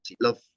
love